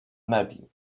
mebli